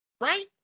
right